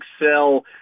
excel